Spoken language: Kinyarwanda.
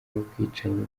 n’ubwicanyi